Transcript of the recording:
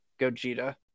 Gogeta